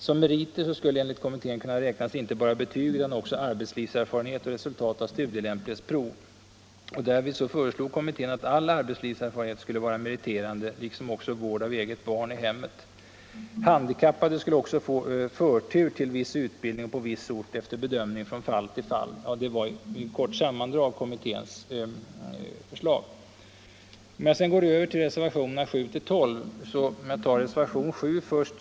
Som meriter skulle enligt kommittén kunna räknas inte bara betyg utan också arbetslivserfarenhet och resultat av studielämplighetsprov. Därvid föreslog kommittén att all arbetslivserfarenhet skulle vara meriterande, liksom också bl.a. vård av eget barn i hemmet. Handikappade skulle få förtur till viss utbildning på viss ort efter bedömning från fall till fall. Detta var i kort sammandrag kommitténs förslag. Jag går sedan över till reservationerna 7-12 och tar upp reservationen 7 först.